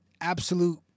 absolute